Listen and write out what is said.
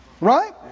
right